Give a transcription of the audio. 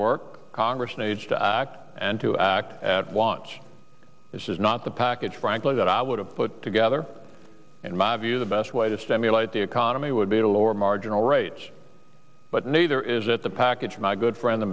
work congress needs to act and to act at watch which is not the package frankly that i would have put together in my view the best way to stimulate the economy would be to lower marginal rates but neither is it the package my good friend